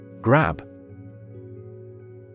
Grab